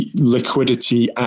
liquidity